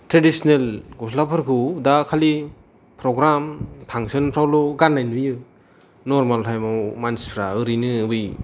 traditional गसलाफोरखौ दा खालि प्रग्राम फांसनफ्रावल' गाननाय नुयो नरमाल तायेमाव मानसिफ्रा ओरैनो उइ